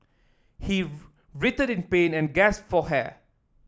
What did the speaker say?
he writhed in pain and gasped for hair